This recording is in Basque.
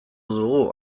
dugu